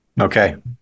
Okay